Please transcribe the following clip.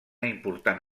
important